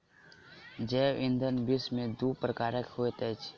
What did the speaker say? जैव ईंधन विश्व में दू प्रकारक होइत अछि